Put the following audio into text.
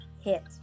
hit